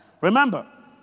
Remember